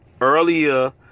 earlier